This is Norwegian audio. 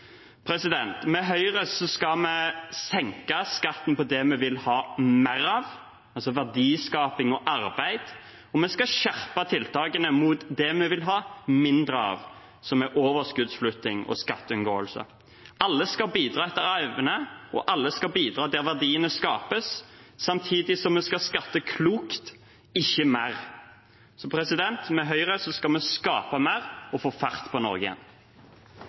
Med Høyre skal vi senke skatten på det vi vil ha mer av, altså verdiskaping og arbeid, og vi skal skjerpe tiltakene mot det vi vil ha mindre av, som er overskuddsflytting og skatteunngåelse. Alle skal bidra etter evne, og alle skal bidra der verdiene skapes, samtidig som vi skal skatte klokt, ikke mer. Med Høyre skal vi skape mer og få fart på Norge igjen.